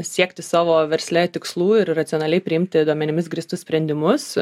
siekti savo versle tikslų ir racionaliai priimti duomenimis grįstus sprendimus